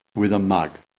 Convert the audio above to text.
with a mug.